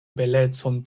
belecon